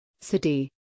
City